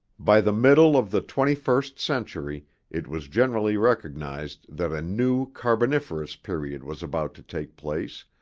by the middle of the twenty-first century it was generally recognized that a new carboniferous period was about to take place,